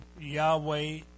Yahweh